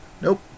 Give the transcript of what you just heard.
Nope